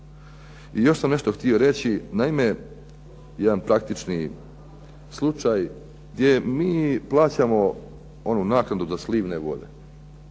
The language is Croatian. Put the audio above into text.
I još sam nešto htio reći. Naime, jedan praktični slučaj gdje mi plaćamo onu naknadu za slivne vode.